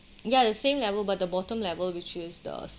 ya the same level but the bottom level which is the